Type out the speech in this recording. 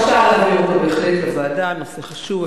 אפשר להעביר אותו בהחלט לוועדה, הנושא חשוב.